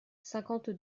cinquante